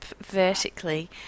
vertically